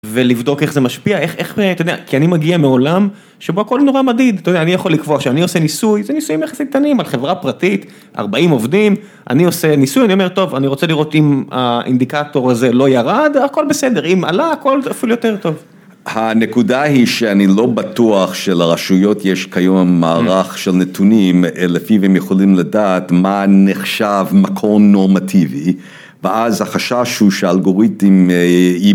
ולבדוק איך זה משפיע, איך, איך, אתה יודע, כי אני מגיע מעולם שבו הכול נורא מדיד, אתה יודע, אני יכול לקבוע כשאני עושה ניסוי, זה ניסויים יחסי קטנים על חברה פרטית, 40 עובדים, אני עושה ניסוי, אני אומר, טוב, אני רוצה לראות אם האינדיקטור הזה לא ירד - הכול בסדר, אם עלה - הכול אפילו יותר טוב. -הנקודה היא שאני לא בטוח שלרשויות יש כיום מערך של נתונים, אה, לפי והם יכולים לדעת מה נחשב מקום נורמטיבי, ואז החשש הוא שהאלגוריתם אה...